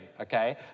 okay